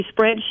spreadsheet